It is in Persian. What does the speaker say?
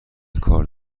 کار